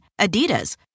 Adidas